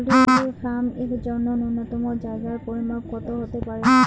Poultry farm এর জন্য নূন্যতম জায়গার পরিমাপ কত হতে পারে?